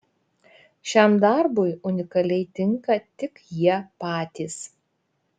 šiam darbui unikaliai tinka tik jie patys